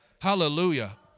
Hallelujah